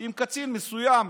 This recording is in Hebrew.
עם קצין מסוים,